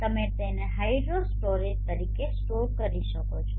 તમે તેને hydro storage તરીકે સ્ટોર કરી શકો છો